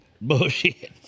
Bullshit